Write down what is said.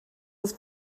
das